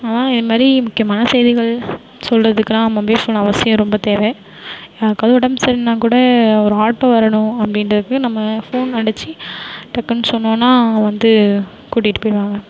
அதனால் இந்மாரி முக்கியமான செய்திகள் சொல்றதுக்குலாம் மொபைல் ஃபோன் அவசியம் ரொம்ப தேவை யாருக்காவது உடம் சரில்லைனாக்கூட ஒரு ஆட்டோ வரணும் அப்படின்டக்கு நம்ம ஃபோன் அடிச்சு டக்குன்னு சொன்னோனா வந்து கூட்டியிட்டு போயிவிடுவாங்க